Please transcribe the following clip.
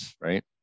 right